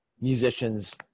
musicians